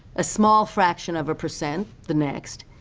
a small fraction of a percent the next,